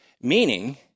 Meaning